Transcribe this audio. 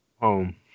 home